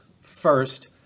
first